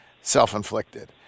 self-inflicted